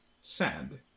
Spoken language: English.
Sad